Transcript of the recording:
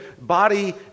body